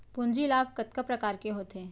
पूंजी लाभ कतना प्रकार के होथे?